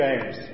James